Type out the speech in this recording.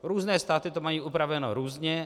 Různé státy to mají upraveno různě.